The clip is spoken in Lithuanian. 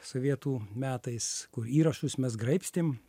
sovietų metais kur įrašus mes graibstėm